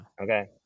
Okay